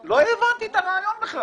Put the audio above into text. לא הבנתי את הרעיון.